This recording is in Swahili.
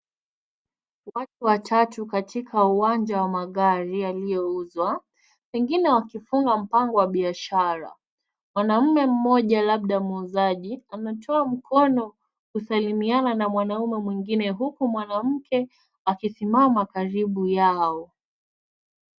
Watu watatu katika uwanja wa magari yaliyouzwa. Pengine wakifunga mpango wa biashara. Mwanaume mmoja labda muuzaji anatoa mkono kusalimiana mwanaume mwingine huku mwanamke akisimama karibu nao.